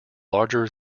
larger